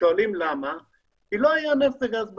כי לא היו נפט וגז בארץ.